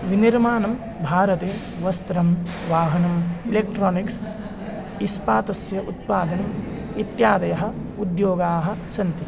विनिर्माणं भारते वस्त्रं वाहनम् इलेक्ट्रानिक्स् इस्पातस्य उत्पादम् इत्यादयः उद्योगाः सन्ति